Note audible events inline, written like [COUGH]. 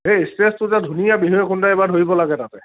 সেই স্প্ৰেছটো এতিয়া ধুনীয়া বিহু [UNINTELLIGIBLE] এইবাৰ ধৰিব লাগে তাতে